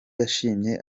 yashimye